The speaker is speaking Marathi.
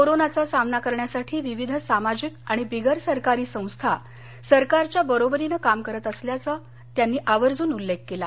कोरोनाचा सामना करण्यासाठी विविध सामाजिक आणि बिगर सरकारी संस्था सरकारच्या बरोबरीनं काम करत असल्याचा त्यांनी आवर्जून उल्लेख केला